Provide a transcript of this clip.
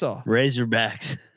Razorbacks